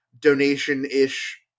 donation-ish